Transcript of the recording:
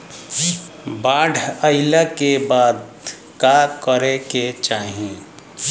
बाढ़ आइला के बाद का करे के चाही?